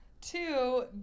Two